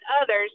others